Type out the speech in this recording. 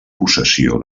possessió